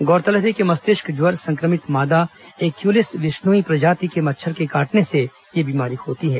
गौरतलब है कि मस्तिष्क ज्वर संक्रमित मादा क्यूलेक्स विष्नुई प्रजाति के मच्छर के काटने से यह बीमारी होती है